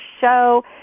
show